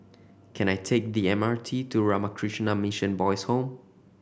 can I take the M R T to Ramakrishna Mission Boys' Home